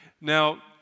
Now